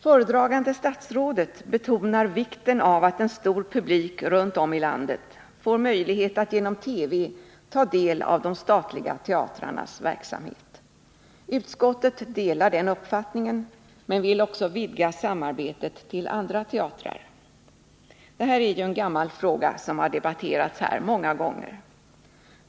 Föredragande statsrådet betonar vikten av att en stor publik runt om i landet får möjlighet att genom TV ta del av de statliga teatrarnas verksamhet. Nr 123 Utskottet delar den uppfattningen men vill också vidga samarbetet till andra 17 april 1980 Det här är ju en gammal fråga, som har debatterats här många gånger.